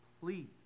Please